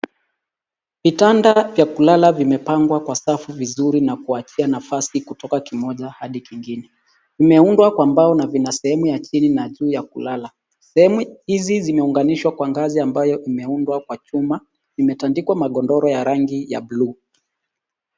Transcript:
Vitanda vya kulala vimepangwa kwa safu vizuri na kuachia nafasi kutoka kimoja hadi kingine. Vimeundwa kwa mbao na vina sehemu ya chini na juu ya kulala. Sehemu hizi zimeunganishwa kwa ngazi ambayo imeundwa kwa chuma. Imetandikwa magodoro ya rangi ya buluu.